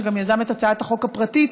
שגם יזם את הצעת החוק הפרטית